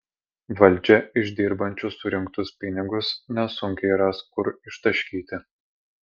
valdžia iš dirbančių surinktus pinigus nesunkiai ras kur ištaškyti